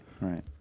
Right